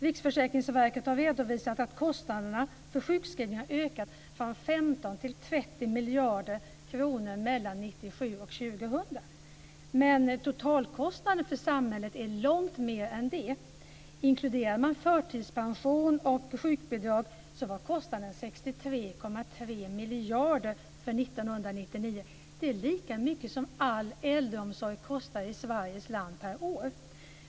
Riksförsäkringsverket har redovisat att kostnaderna för sjukskrivningar har ökat från 15 till 30 miljarder kronor mellan 1997 och 2000. Men totalkostnaden för samhället är långt högre än så. Inkluderar man förtidspension och sjukbidrag var kostnaden 63,3 miljarder kronor för 1999. Det är lika mycket som all äldreomsorg kostar i Sveriges land per år.